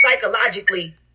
psychologically